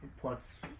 plus